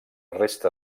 resta